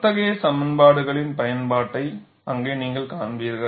அத்தகைய சமன்பாடுகளின் பயன்பாட்டை அங்கே நீங்கள் காண்பீர்கள்